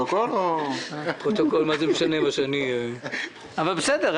אבל בסדר.